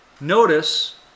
notice